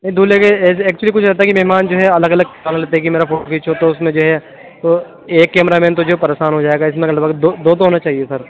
دولہے کے ایکچولی پوچھنا تھا کہ مہمان جو ہے الگ الگ کہنے لگتے کہ میرا فوٹو کھیچو تو اُس میں جو ہے تو ایک کیمرہ مین تو جو ہے پریسان ہو جائے گا اِس میں لگ بھگ دو دو تو ہونے چاہیے سر